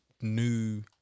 new